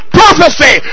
prophecy